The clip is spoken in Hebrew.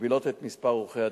מספר עורכי-הדין.